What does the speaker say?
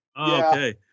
Okay